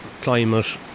climate